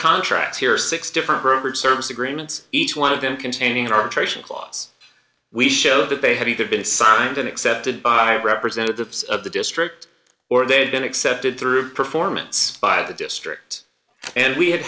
contracts here are six different private service agreements each one of them containing arbitration clause we show that they have you have been signed in accepted by representatives of the district or they have been accepted through performance by the district and we ha